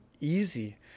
easy